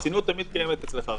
רצינות תמיד קיימת אצלך,